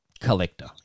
collector